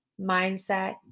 mindset